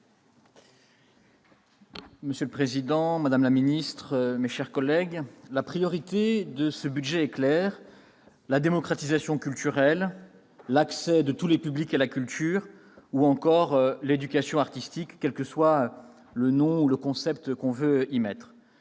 Monsieur le président, madame la ministre, mes chers collègues, la priorité de ce budget est claire : la démocratisation culturelle, l'accès de tous les publics à la culture ou encore l'éducation artistique, appelons cela comme l'on veut.